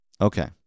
Okay